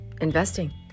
investing